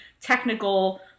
technical